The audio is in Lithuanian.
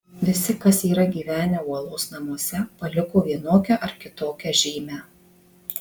visi kas yra gyvenę uolos namuose paliko vienokią ar kitokią žymę